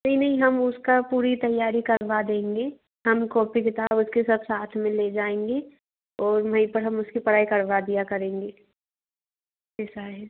नहीं नहीं हम उसका पूरी तैयारी करवा देंगे हम कॉपी किताब उसके सब साथ में ले जाएंगे और वहीं पर हम उसकी पढ़ाई करवा दिया करेंगे ऐसा है